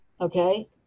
okay